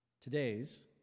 Today's